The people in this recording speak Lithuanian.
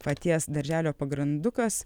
paties darželio pagrandukas